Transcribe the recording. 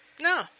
No